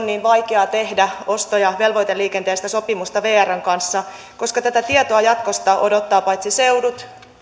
niin vaikeaa tehdä osto ja velvoiteliikenteestä sopimusta vrn kanssa tätä tietoa jatkosta odottavat paitsi seudut